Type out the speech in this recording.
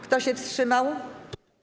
Kto się wstrzymał?